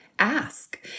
Ask